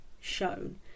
shown